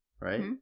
Right